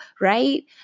right